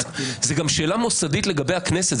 זו גם שאלה מוסדית לגבי הכנסת.